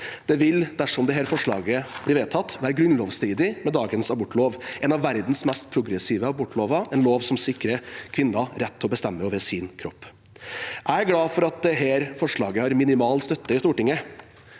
vil, dersom det blir vedtatt, gjøre dagens abortlov grunnlovsstridig – en av verdens mest progressive abortlover, en lov som sikrer kvinner rett til å bestemme over sin kropp. Jeg er glad for at dette forslaget har minimal støtte i Stortinget,